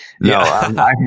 No